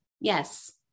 Yes